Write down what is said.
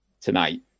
tonight